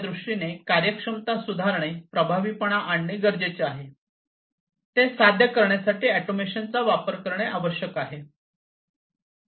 च्या दृष्टीने कार्यक्षमता सुधारणे प्रभावीपणा आणणे गरजेचे आहे ते साध्य करण्यासाठी ऑटोमेशन चा वापर करणे आवश्यक आहे